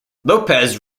lopes